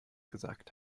gesagt